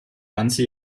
ganze